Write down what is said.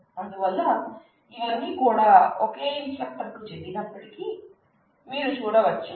అందువల్ల ఇవన్నీ కూడా ఒకే ఇన్స్ట్రక్టర్ కు చెందినప్పటికీ మీరు చూడవచ్చు